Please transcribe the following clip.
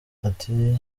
ati